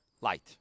light